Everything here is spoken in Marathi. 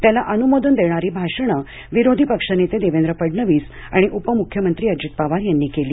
त्याला अनुमोदन देणारी भाषणे विरोधी पक्षनेते देवेंद्र फडणवीस उपमुख्यमंत्री अजित पवार यांनी केली